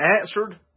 answered